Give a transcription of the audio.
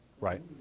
Right